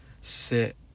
sit